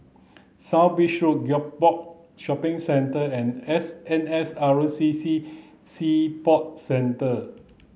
South Bridge Gek Poh Shopping Centre and N S R C C Sea Sport Centre